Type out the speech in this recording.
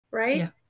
right